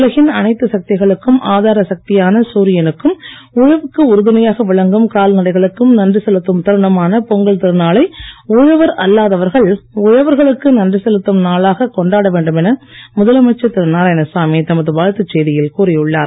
உலகின் அனைத்து சக்திகளுக்கும் ஆதார சக்தியான சூரியனுக்கும் உழவுக்கு உறுதுணையாக விளங்கும் கால்நடைகளுக்கும் நன்றி செலுத்தும் தருணமான பொங்கல் திருநாளை உழவர் அல்லாதவர்கள் உழவர்களுக்கு நன்றி செலுத்தும் நாளாக கொண்டாட வேண்டும் என முதலமைச்சர் திரு நாராயணசாமி தமது வாழ்த்துச் செய்தியில் கூறி உள்ளார்